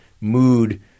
mood